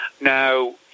Now